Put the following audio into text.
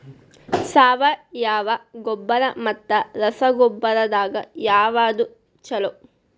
ಸಾವಯವ ಗೊಬ್ಬರ ಮತ್ತ ರಸಗೊಬ್ಬರದಾಗ ಯಾವದು ಛಲೋ?